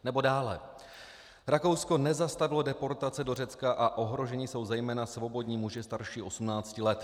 Nebo dále: Rakousko nezastavilo deportace do Řecka a ohroženi jsou zejména svobodní muži starší 18 let.